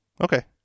Okay